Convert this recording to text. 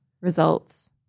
results